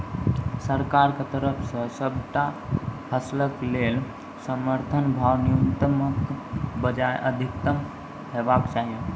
सरकारक तरफ सॅ सबटा फसलक लेल समर्थन भाव न्यूनतमक बजाय अधिकतम हेवाक चाही?